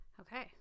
okay